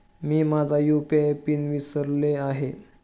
मी माझा UPI pin विसरले आहे